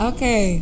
Okay